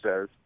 says